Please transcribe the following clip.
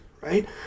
right